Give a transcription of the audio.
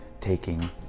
taking